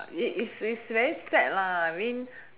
it it's it's very sad lah I mean